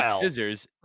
scissors